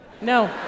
No